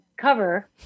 cover